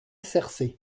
src